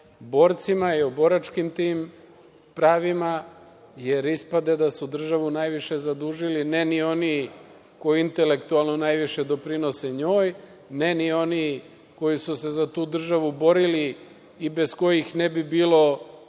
borcima i o boračkim pravima, jer ispade da su državu najviše zadužili ne ni oni koji intelektualno najviše doprinose njoj, ne ni oni koji su se za tu državu borili i bez kojih ne bi bilo